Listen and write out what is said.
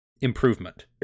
improvement